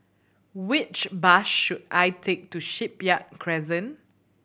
which bus should I take to Shipyard Crescent